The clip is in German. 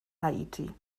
haiti